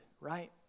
right